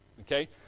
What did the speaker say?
Okay